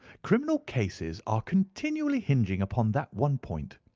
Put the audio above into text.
criminal cases are continually hinging upon that one point.